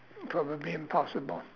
probably impossible